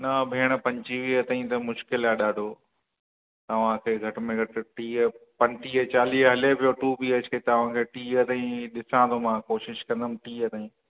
न भेण पंजवीह ताईं त मुश्किलु आहे ॾाढो तव्हांखे घटि में घटि टीह पंटीह चालीह हले पियो टू बी एच के तव्हांखे टीह ताईं ॾिसां थो मां कोशिशि कंदुमि टीह ताईं